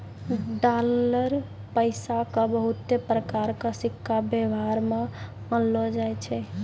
dollar पैसा के बहुते प्रकार के सिक्का वेवहार मे आनलो जाय छै